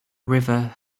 river